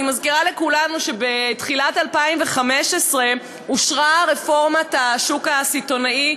אני מזכירה לכולנו שבתחילת 2015 אושרה רפורמת השוק הסיטונאי,